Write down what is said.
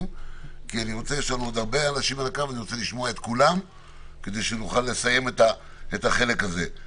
כדי שנוכל לשמוע את כולם ולסיים את החלק הזה.